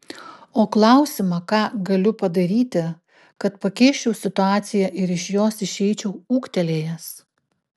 o klausimą ką galiu padaryti kad pakeisčiau situaciją ir iš jos išeičiau ūgtelėjęs